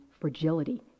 fragility